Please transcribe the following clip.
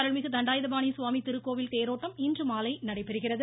அருள்மிகு தண்டாயுதபானி சுவாமி திருக்கோவில் தேரோட்டம் பழனி இன்றுமாலை நடைபெறுகிறது